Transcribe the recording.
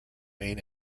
main